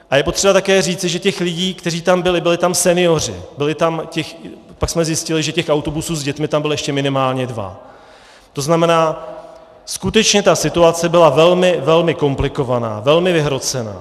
A je potřeba také říci, že těch lidí, kteří tam byli byli tam senioři, pak jsme zjistili, že autobusy s dětmi tam byly ještě minimálně dva, to znamená, skutečně ta situace byla velmi, velmi komplikovaná, velmi vyhrocená.